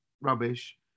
rubbish